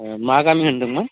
मा गामि होन्दोंमोन